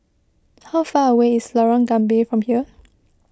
how far away is Lorong Gambir from here